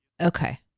Okay